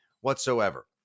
whatsoever